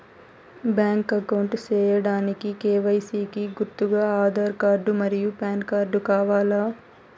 Bank account సేయడానికి KYC కి గుర్తుగా ఆధార్ కార్డ్ మరియు పాన్ కార్డ్ కావాలా?